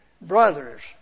brothers